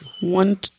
One